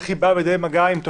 איך היא באה במגע עם תושבים.